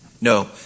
No